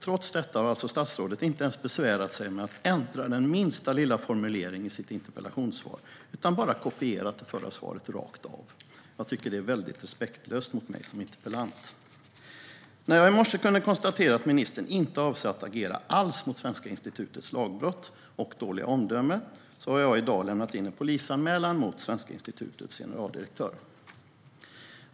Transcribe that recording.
Trots detta har alltså statsrådet inte ens besvärat sig med att ändra den minsta lilla formulering i sitt interpellationssvar utan bara kopierat det förra svaret rakt av. Jag tycker att det är väldigt respektlöst mot mig som interpellant. Då jag i morse kunde konstatera att ministern inte avser att agera alls mot Svenska institutets lagbrott och dåliga omdöme har jag i dag lämnat in en polisanmälan mot Svenska institutets generaldirektör.